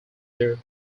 their